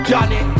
Johnny